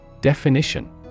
Definition